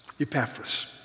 Epaphras